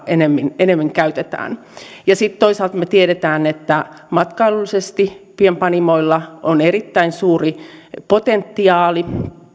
enemmän humaltumistarkoituksella käytetään sitten toisaalta me tiedämme että matkailullisesti pienpanimoilla on erittäin suuri potentiaali